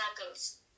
circles